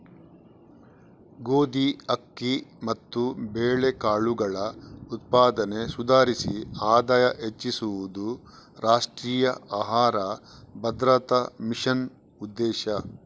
ಗೋಧಿ, ಅಕ್ಕಿ ಮತ್ತು ಬೇಳೆಕಾಳುಗಳ ಉತ್ಪಾದನೆ ಸುಧಾರಿಸಿ ಆದಾಯ ಹೆಚ್ಚಿಸುದು ರಾಷ್ಟ್ರೀಯ ಆಹಾರ ಭದ್ರತಾ ಮಿಷನ್ನ ಉದ್ದೇಶ